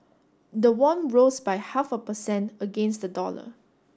the won rose by half a per cent against the dollar